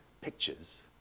pictures